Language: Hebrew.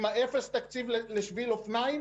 עם אפס לשביל אופניים.